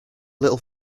little